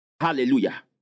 Hallelujah